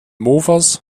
mofas